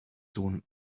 sohn